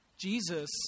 Jesus